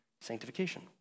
sanctification